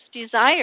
desire